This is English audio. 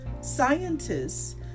Scientists